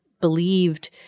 believed